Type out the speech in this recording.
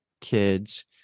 kids